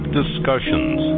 discussions